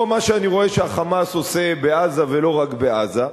או מה שאני רואה שה"חמאס" עושה בעזה ולא רק בעזה,